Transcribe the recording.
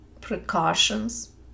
precautions